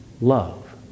Love